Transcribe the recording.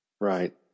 Right